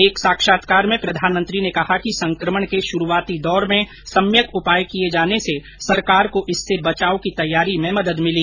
एक साक्षात्कार में प्रधानमंत्री ने कहा कि संक्रमण के शुरूआती दौर में सम्यक उपाय किए जाने से सरकार को इससे बचाव की तैयारी में मदद मिली